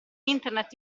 internet